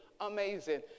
amazing